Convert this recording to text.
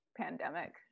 pandemic